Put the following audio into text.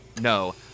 No